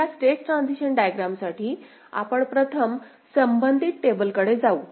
तर या state transition डायग्रॅमसाठी आपण प्रथम संबंधित टेबलकडे जाऊ